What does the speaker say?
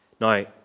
Now